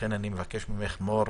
לכן, מור,